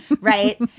Right